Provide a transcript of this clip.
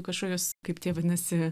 kažkokius kaip tie vadinasi